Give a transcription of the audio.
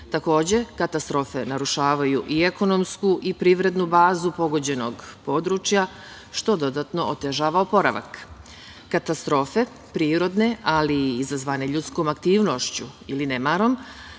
Takođe, katastrofe narušavaju i ekonomsku i privrednu bazu pogođenog područja, što dodatno otežava oporavak. Katastrofe prirodne, ali i izazvane ljudskom aktivnošću ili nemarom,